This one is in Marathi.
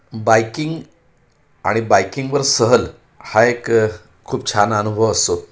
बायकिंग आणि बाईकिंगवर सहल हा एक खूप छान अनुभव असतो